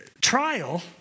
trial